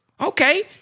Okay